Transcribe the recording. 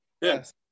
Yes